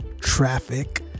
traffic